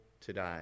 today